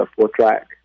four-track